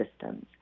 systems